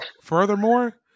Furthermore